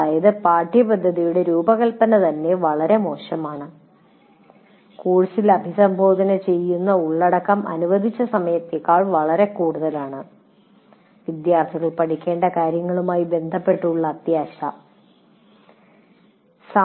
അതായത് പാഠ്യപദ്ധതിയുടെ രൂപകൽപ്പന തന്നെ വളരെ മോശമാണ് കോഴ്സിൽ അഭിസംബോധന ചെയ്യുന്ന ഉള്ളടക്കം അനുവദിച്ച സമയത്തേക്കാൾ വളരെ കൂടുതലാണ് വിദ്യാർത്ഥികൾ പഠിക്കേണ്ട കാര്യങ്ങളുമായി ബന്ധപ്പെട്ട് അത്യാശ ഉള്ളതാണ്